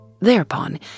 Thereupon